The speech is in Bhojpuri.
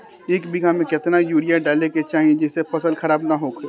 एक बीघा में केतना यूरिया डाले के चाहि जेसे फसल खराब ना होख?